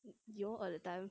you know got that time